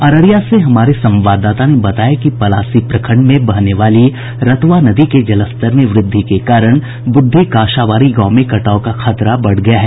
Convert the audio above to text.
अररिया से हमारे संवाददाता ने बताया कि पलासी प्रखंड में बहने वाली रतवा नदी के जलस्तर में वृद्धि के कारण बुद्वि काशाबाड़ी गांव में कटाव का खतरा बढ़ गया है